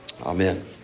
Amen